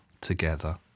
together